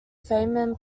feynman